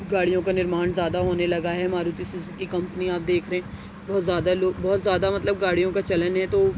گاڑیوں کا نرمان زیادہ ہونے لگا ہے ماروتی سزوکی کمپنیاں آپ دیکھ رہے ہیں بہت زیادہ لوگ بہت زیادہ مطلب گاڑیوں کا چلن ہے تو